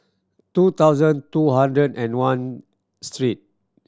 two thousand two hundred and one